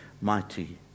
mighty